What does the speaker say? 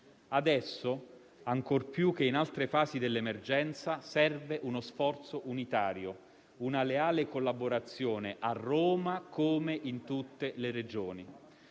Adesso, ancor di più che in altre fasi dell'emergenza, serve uno sforzo unitario, una leale collaborazione, a Roma come in tutte le Regioni.